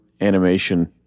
animation